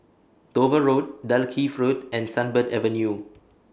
Dover Road Dalkeith Road and Sunbird Avenue